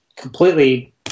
Completely